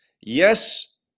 yes